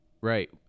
Right